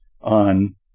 on